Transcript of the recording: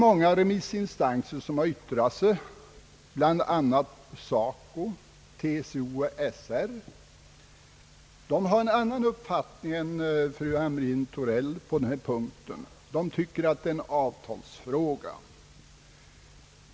Många remissinstanser har yttrat sig, däribland SACO, TCO och SR. De har en annan uppfattning än fru Hamrin Thorell på denna punkt. De tycker att det är en avtalsfråga.